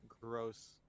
gross